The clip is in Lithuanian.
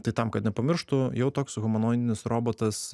tai tam kad nepamirštų jau toks humanoidinis robotas